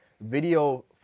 video